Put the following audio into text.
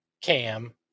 Cam